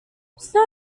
snow